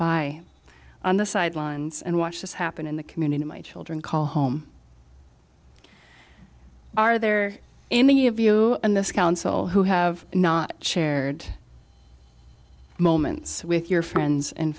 by on the sidelines and watch this happen in the community my children call home are there any of you in this council who have not shared moments with your friends and